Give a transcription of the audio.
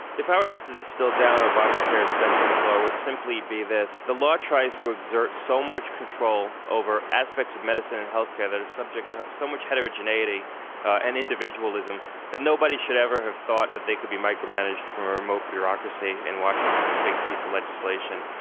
if i were asked to distill downobamacare's essential flaw, it would simply be this, the law tries to exert so much control over aspects of medicine and health care that it's subject to so much heterogeneity and individualism that nobody should ever have thought that they could be micromanaged from a remote bureaucracy in washington in a big piece of legislation.